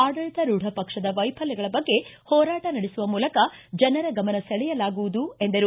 ಆಡಳಿತರೂಢ ಪಕ್ಷದ ವೈಫಲ್ಯಗಳ ಬಗ್ಗೆ ಹೋರಾಟ ನಡೆಸುವ ಮೂಲಕ ಜನರ ಗಮನ ಸೆಳೆಯಲಾಗುವುದು ಎಂದರು